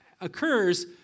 occurs